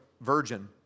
Virgin